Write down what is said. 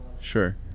Sure